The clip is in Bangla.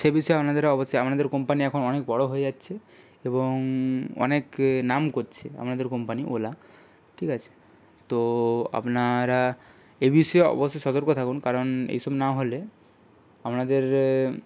সে বিষয়ে আপনাদেরা অবশ্যই আপনাদেরও কোম্পানি এখন অনেক বড়ো হয়ে যাচ্ছে এবং অনেক নাম করছে আপনাদের কোম্পানি ওলা ঠিক আছে তো আপনারা এ বিষয়ে অবশ্যই সতর্ক থাকুন কারণ এইসব না হলে আমনাদের